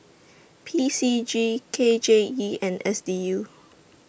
P C G K J E and S D U